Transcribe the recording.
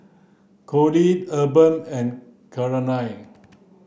Conley Urban and Claire